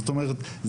זאת אומרת,